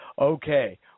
Okay